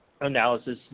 analysis